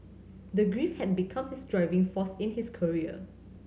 his grief had become his driving force in his career